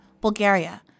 Bulgaria